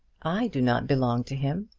i do not belong to him.